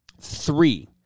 Three